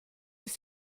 sich